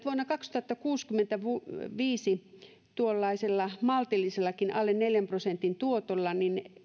vuonna kaksituhattakuusikymmentäviisi tuollaisella maltillisellakin alle neljän prosentin tuotolla